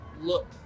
look